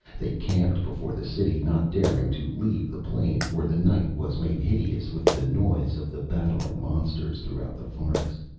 they camped before the city, not daring to leave the plain, for the night was made hideous with the noise of the battling monsters throughout the forest.